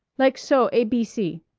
like so a b c.